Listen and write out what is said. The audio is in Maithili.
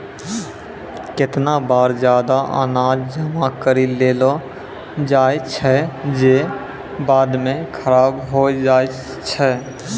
केतना बार जादा अनाज जमा करि लेलो जाय छै जे बाद म खराब होय जाय छै